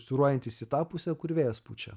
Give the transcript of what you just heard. siūruojantys į tą pusę kur vėjas pučia